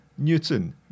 Newton